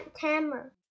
Hammer